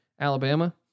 Alabama